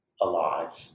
alive